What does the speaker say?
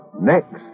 Next